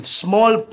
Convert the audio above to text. small